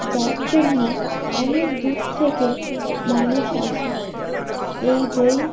যার জন্য অনেক দূর থেকে মানুষ আসে এই দই